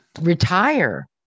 Retire